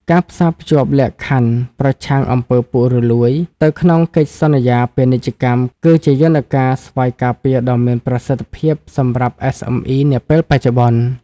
ការផ្សារភ្ជាប់លក្ខខណ្ឌ "ប្រឆាំងអំពើពុករលួយ" ទៅក្នុងកិច្ចសន្យាពាណិជ្ជកម្ម គឺជាយន្តការស្វ័យការពារដ៏មានប្រសិទ្ធភាពសម្រាប់ SME នាពេលបច្ចុប្បន្ន។